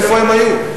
איפה הם היו?